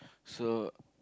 so